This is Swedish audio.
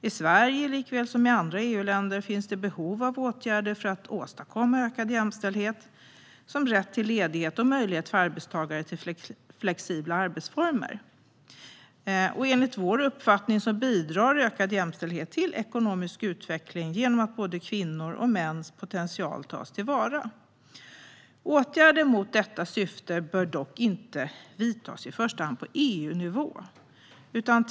I Sverige likväl som i andra EU-länder finns det behov av åtgärder för att åstadkomma ökad jämställdhet, såsom rätt till ledighet och möjlighet för arbetstagare till flexibla arbetsformer. Enligt vår uppfattning bidrar ökad jämställdhet till ekonomisk utveckling genom att både kvinnors och mäns potential tas till vara. Åtgärder med detta syfte bör dock inte vidtas på EU-nivå i första hand.